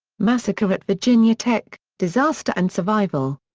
massacre at virginia tech disaster and survival.